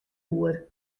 oer